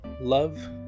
love